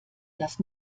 das